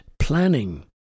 planning